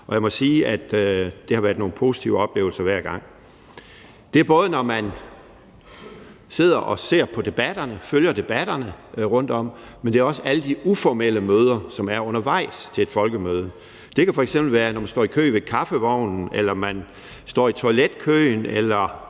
og jeg må sige, at det har været nogle positive oplevelser hver gang. Det er både, når man sidder og ser på debatterne, følger debatterne rundtom, men også alle de uformelle møder, som er undervejs til et folkemøde. Det kan f.eks. være, når man står i kø ved kaffevognen eller man står i toiletkøen eller